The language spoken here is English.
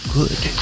good